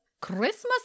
Christmas